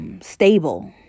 Stable